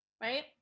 right